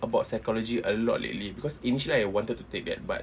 about psychology a lot lately because initially I wanted to take that but